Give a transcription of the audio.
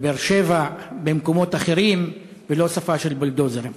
בבאר-שבע, במקומות אחרים, ולא שפה של בולדוזרים.